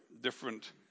different